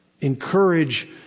Encourage